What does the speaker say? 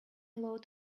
load